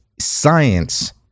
science